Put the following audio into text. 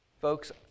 folks